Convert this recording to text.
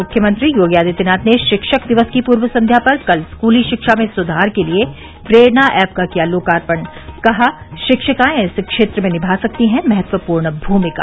मुख्यमंत्री योगी आदित्यनाथ ने शिक्षक दिवस की पूर्व संध्या पर कल स्कूली शिक्षा में सुधार के लिये प्रेरणा ऐप का किया लोकार्पण कहा शिक्षिकाएं इस क्षेत्र में निभा सकती है महत्वपूर्ण भूमिका